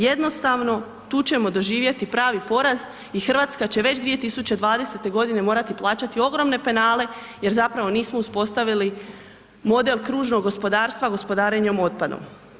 Jednostavno, tu ćemo doživjeti pravi poraz i Hrvatska će već 2020. g. morati plaćati ogromne penale jer zapravo nismo uspostavili model kružnog gospodarstva gospodarenja otpadom.